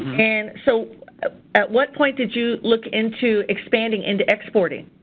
and so at what point did you look into expanding into exporting?